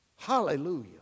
Hallelujah